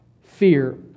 fear